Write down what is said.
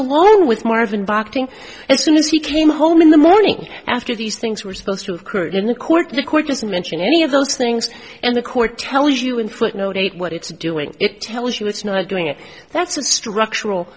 alone with marvin by acting as soon as he came home in the morning after these things were supposed to occur in the court the court doesn't mention any of those things and the court tells you in footnote eight what it's doing it tells you it's not doing it that's a structural